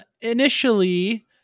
initially